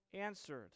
answered